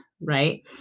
Right